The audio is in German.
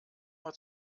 war